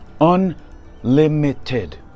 Unlimited